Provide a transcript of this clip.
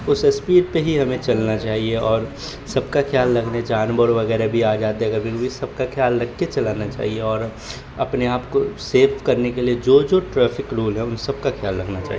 اس speed پہ ہی ہمیں چلنا چاہیے اور سب کا خیال رکھنے جانور وغیرہ بھی آ جاتے ہیں کبھی کبھی سب کا کھیال رکھ کے چلانا چاہیے اور اپنے آپ کو سیف کرنے کے لیے جو جو ٹریفک رول ہیں ان سب کا خیال رکھنا چاہیے